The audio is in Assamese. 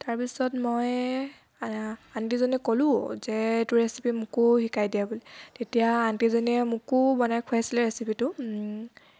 তাৰপিছত মই আণ্টিজনীক ক'লোঁ যে এইটো ৰেচিপি মোকো শিকাই দিয়া বুলি তেতিয়া আণ্টিজনীয়ে মোকো বনাই খোৱাইছিলে ৰেচিপিটো